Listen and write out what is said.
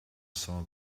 saw